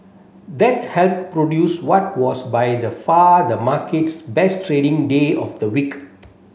that helped produce what was by the far the market's best trading day of the week